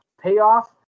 payoff